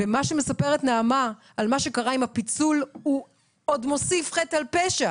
מה שמספרת נעמה על מה שקרה עם הפיצול הוא עוד מוסיף חטא על פשע